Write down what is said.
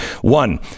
One